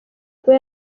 kuba